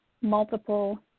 multiple